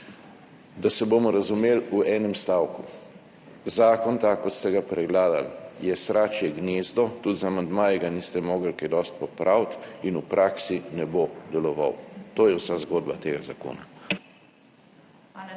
Da se bomo razumeli v enem stavku, zakon tak, kot ste ga predlagali, je sračje gnezdo. Tudi z amandmaji ga niste mogli kaj dosti popraviti in v praksi ne bo deloval. To je vsa zgodba tega zakona.